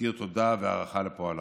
להכיר תודה והערכה לפועלם.